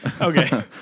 okay